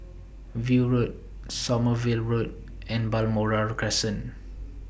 View Road Sommerville Road and Balmoral Crescent